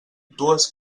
dues